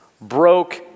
broke